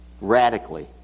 radically